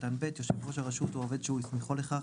8/ב'.יושב ראש הרשות או עובד אשר הוסמך לכך,